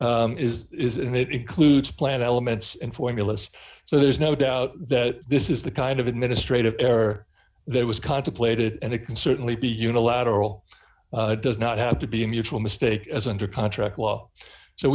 dollars is is and it includes a plan elements and formulas so there's no doubt that this is the kind of administrative error that was contemplated and it can certainly be unilateral does not have to be a mutual mistake as under contract law so